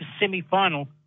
semi-final